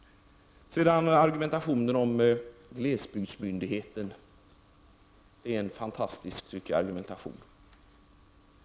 Vidare har vi argumentationen om glesbygdsmyndigheten. Det är en fantastisk argumentation.